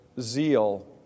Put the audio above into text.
zeal